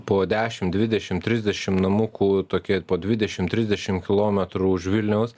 po dešim dvidešim trisdešim namukų tokie po dvidešim trisdešim kilometrų už vilniaus